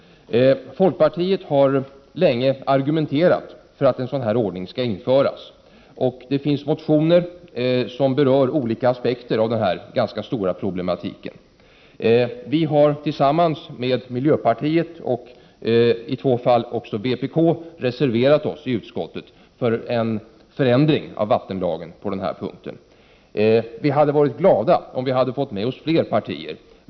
Folkpartiet har länge argumenterat för att en sådan ordning skall införas. Det finns motioner som berör olika aspekter av denna ganska stora problematik. Vi har tillsammans med miljöpartiet och i två fall även med vpk reserverat oss i utskottet för en förändring av vattenlagen på den här punkten. Vi hade varit glada om vi hade fått med oss fler partier.